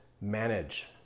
manage